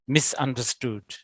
Misunderstood